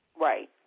Right